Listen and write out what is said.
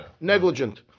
Negligent